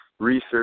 research